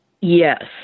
Yes